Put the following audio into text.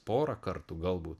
pora kartų galbūt